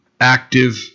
active